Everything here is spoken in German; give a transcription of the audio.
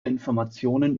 informationen